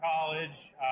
college